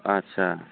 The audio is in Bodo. आदसा